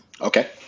Okay